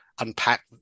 Unpack